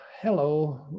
hello